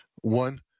one